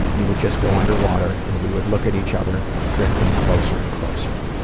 we would just go under water, and we would look at each other, drifting closer and closer.